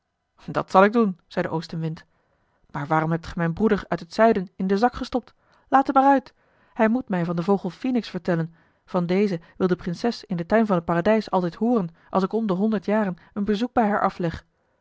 dat zal ik doen zei de oostenwind maar waarom hebt ge mijn broeder uit het zuiden in den zak gestopt laat hem er uit hij moet mij van den vogel phoenix vertellen van dezen wil de prinses in den tuin van het paradijs altijd hooren als ik om de honderd jaren een bezoek bij haar afleg